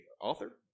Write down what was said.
author